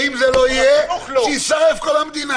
ואתה אומר שאם זה לא יהיה אז שתישרף כל המדינה.